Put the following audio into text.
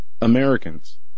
Americans